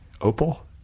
opal